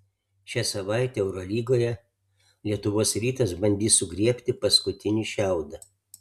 šią savaitę eurolygoje lietuvos rytas bandys sugriebti paskutinį šiaudą